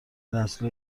نسل